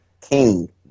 King